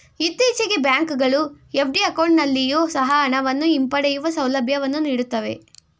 ಇತ್ತೀಚೆಗೆ ಬ್ಯಾಂಕ್ ಗಳು ಎಫ್.ಡಿ ಅಕೌಂಟಲ್ಲಿಯೊ ಸಹ ಹಣವನ್ನು ಹಿಂಪಡೆಯುವ ಸೌಲಭ್ಯವನ್ನು ನೀಡುತ್ತವೆ